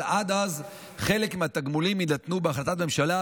אבל עד אז חלק מהתגמולים יינתנו בהחלטת ממשלה,